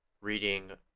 reading